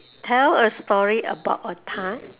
tell a story about a ti~